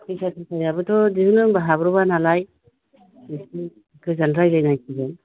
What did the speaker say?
फैसा थाखायाथ' बिनो होनबा हाब्र'बा नालाय मोजां रायलायनांसिगोन